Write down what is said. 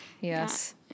Yes